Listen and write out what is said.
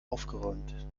aufgeräumt